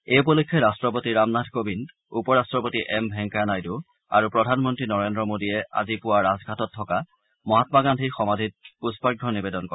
এই উপলক্ষে ৰাষ্টপতি ৰামনাথ কোবিন্দ উপ ৰাষ্টপতি এম ভেংকায়া নাইডু আৰু প্ৰধানমন্ত্ৰী নৰেন্দ্ৰ মোদীয়ে আজি পুৱা ৰাজঘাটত থকা মহাম্মা গান্ধীৰ সমাধিত পুষ্পাৰ্ঘ্য নিৱেদন কৰে